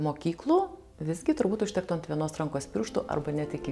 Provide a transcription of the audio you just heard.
mokyklų visgi turbūt užtektų ant vienos rankos pirštų arba net iki